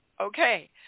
Okay